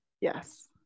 Yes